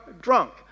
drunk